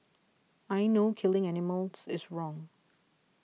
I know killing animals is wrong